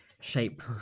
shape